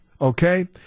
okay